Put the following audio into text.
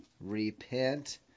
Repent